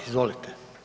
Izvolite.